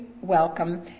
welcome